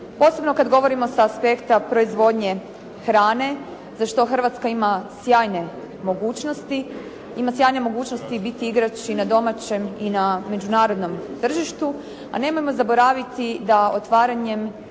posebno kad govorimo s aspekta proizvodnje hrane, za što Hrvatska ima sjajne mogućnosti, ima sjajne mogućnosti biti igrač i na domaćem i na međunarodnom tržištu, a nemojmo zaboraviti da otvaranjem